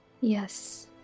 Yes